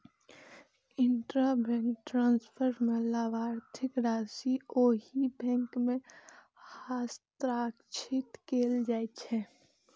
intrabank transfer मे लाभार्थीक राशि ओहि बैंक मे हस्तांतरित कैल जाइ छै